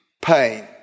pain